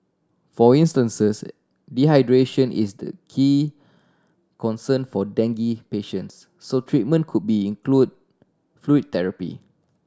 for instances dehydration is the key concern for dengue patients so treatment could be include fluid therapy